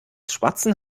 schwarzen